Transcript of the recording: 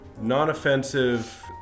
non-offensive